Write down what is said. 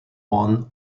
won